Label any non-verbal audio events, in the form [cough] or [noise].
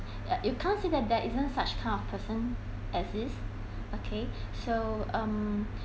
[noise] you can't say that there isn't such kind of person at least okay so um